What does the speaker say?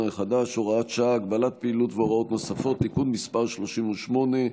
החדש (הוראת שעה) (הגבלת פעילות והוראות נוספות) (תיקון מס' 38),